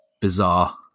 bizarre